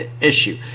issue